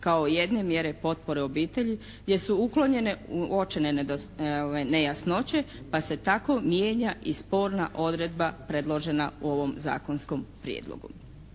kao jedne mjere potpore u obitelji gdje su uklonjene uočene nejasnoće pa se tako mijenja i sporna odredba predložena u ovom zakonskom prijedlogu.